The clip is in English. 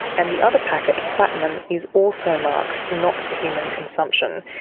and the other packet platinum is also marked not for human consumption,